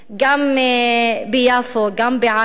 גם ביפו, גם בעכו,